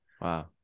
Wow